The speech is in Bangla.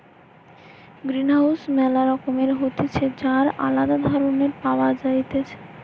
গ্রিনহাউস ম্যালা রকমের হতিছে যার আলদা ধরণ পাওয়া যাইতেছে